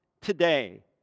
today